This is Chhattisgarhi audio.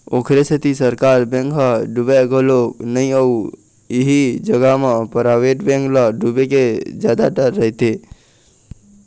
ओखरे सेती सरकारी बेंक ह डुबय घलोक नइ अउ इही जगा म पराइवेट बेंक ल डुबे के जादा डर रहिथे